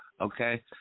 okay